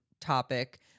topic